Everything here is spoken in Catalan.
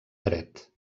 dret